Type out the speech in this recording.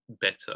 better